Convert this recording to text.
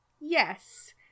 Yes